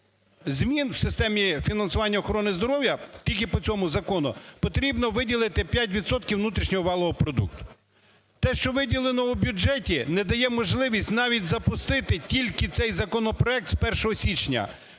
змін в системі фінансування охорони здоров'я тільки по цьому закону потрібно виділити 5 відсотків внутрішнього валового продукту. Те, що виділено у бюджеті, не дає можливість навіть запустити тільки цей законопроект з 1 січня.